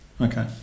Okay